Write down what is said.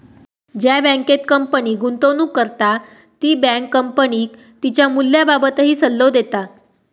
ज्या बँकेत कंपनी गुंतवणूक करता ती बँक कंपनीक तिच्या मूल्याबाबतही सल्लो देता